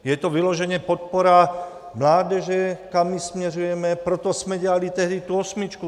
Je to vyloženě podpora mládeže, kam ji směřujeme, proto jsme dělali tehdy tu osmičku.